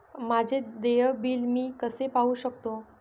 माझे देय बिल मी कसे पाहू शकतो?